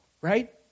right